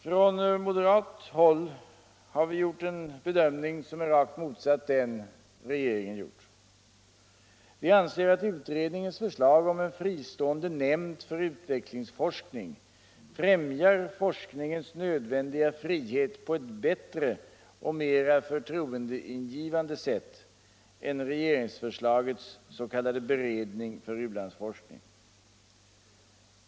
Från moderat håll har vi gjort en bedömning som är rakt motsatt den som regeringen har gjort. Vi anser att utredningens förslag om en fristående nämnd för utvecklingsforskning främjar forskningens nödvändiga frihet på ett bättre och mera förtroendegivande sätt än regeringsförslagets s.k. beredning för u-landsforskning.